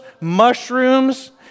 mushrooms